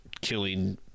killing